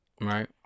Right